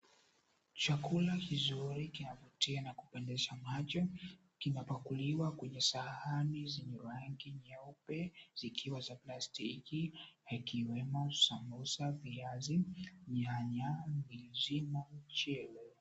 Chakula kizuri kina vutia na kupendeza macho, zimepakuliwa kwenye sahani zenye rangi nyeupe, zikiwa za plastiki na ikiwemo samosa, viazi, nyanya, vijima mchele.